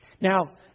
Now